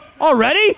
Already